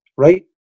right